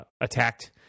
attacked